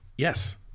Yes